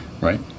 right